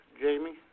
Jamie